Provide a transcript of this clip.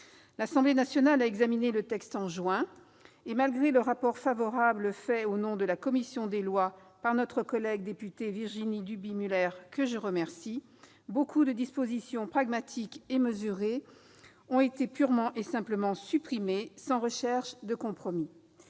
L'Assemblée nationale a examiné le texte en juin et, malgré le rapport favorable fait au nom de la commission des lois par notre collègue députée Virginie Duby-Muller, que je remercie, nombre de dispositions pragmatiques et mesurées ont été purement et simplement supprimées, sans recherche de compromis.